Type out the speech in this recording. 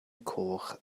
coch